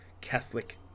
Catholic